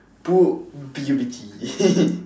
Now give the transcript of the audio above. pu~ P U B G